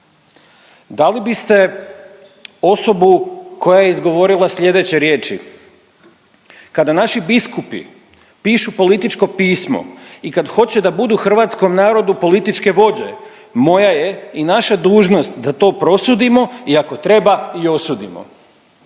Da li bi ste osobu koja je izgovorila slijedeće riječi. Kada naši biskupi pišu političko pismo i kad hoće da budu hrvatskom narodu političke vođe, moja je i naša dužnost da to prosudimo i ako treba i osudimo.